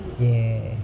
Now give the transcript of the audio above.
ya